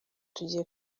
tugiye